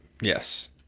Yes